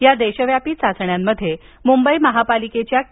या देशव्यापी चाचण्यांमध्ये मुंबईतील महापालिकेच्या के